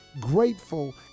grateful